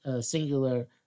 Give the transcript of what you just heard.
singular